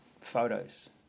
photos